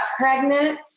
pregnant